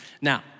Now